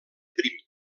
prim